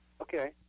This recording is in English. Okay